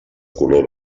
color